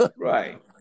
Right